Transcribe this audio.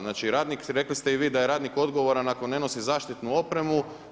Znači, radnik, rekli ste i vi da je radnik odgovoran ako ne nosi zaštitnu opremu.